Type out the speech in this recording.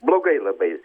blogai labai